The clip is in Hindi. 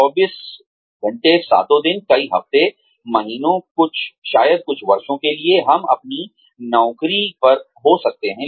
247 कई हफ्तों महीनों शायद कुछ वर्षों के लिए हम अपनी नौकरी पर हो सकते हैं